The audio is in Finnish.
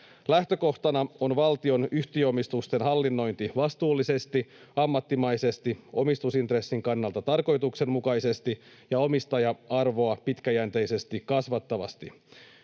Lähtökohtana on valtion yhtiöomistusten hallinnointi vastuullisesti, ammattimaisesti, omistusintressin kannalta tarkoituksenmukaisesti ja omistaja-arvoa pitkäjänteisesti kasvattavasti.